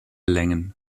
längen